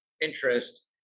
interest